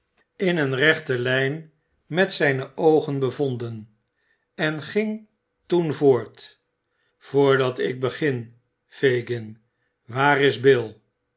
in eene rechte lijn met zijne oogen bevonden en ging toen voort voordat ik begin fagin waar is bill